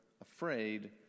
afraid